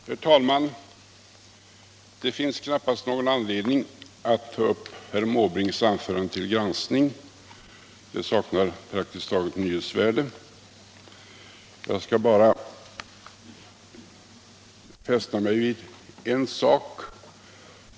Herr talman! Det finns knappast någon anledning för mig att ta upp herr Måbrinks anförande till granskning. Det saknar praktiskt taget nyhetsvärde. Det var bara en sak jag fäste mig vid.